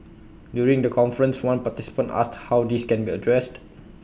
during the conference one participant asked how this can be addressed